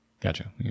gotcha